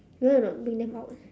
you want or not bring them out